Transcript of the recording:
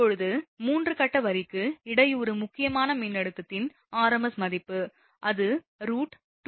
இப்போது 3 கட்ட வரிக்கு இடையூறு முக்கியமான மின்னழுத்தத்தின் rms மதிப்பு அது √2 ஆல் வகுக்கப்படுகிறது